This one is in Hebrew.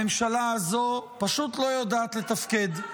הממשלה הזאת פשוט לא יודעת לתפקד,